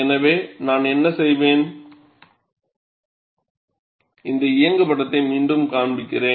எனவே நான் என்ன செய்வேன் இந்த இயங்குபடத்தை மீண்டும் காண்பிக்கிறேன்